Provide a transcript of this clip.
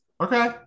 Okay